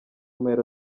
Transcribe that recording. mpera